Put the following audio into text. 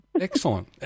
Excellent